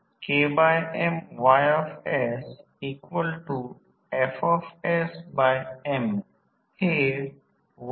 या एका पातळीसह ट्रान्सफॉर्मर संपला आहे आणि काही संख्यात्मक दिसतील आणि ही अगदी सोपी गोष्ट आहे आणि बाकी काहीही नाही